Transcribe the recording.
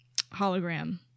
hologram